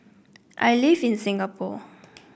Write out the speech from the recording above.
I live in Singapore